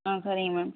ஆ சரிங்க மேம்